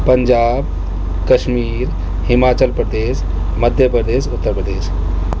Punjab Kashmir Himachal Pradesh Madhya Pradesh Uttar Pradesh